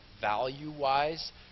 value-wise